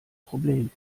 problem